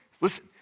Listen